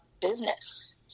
business